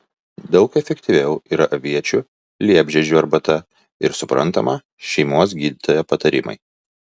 daug efektyviau yra aviečių liepžiedžių arbata ir suprantama šeimos gydytojo patarimai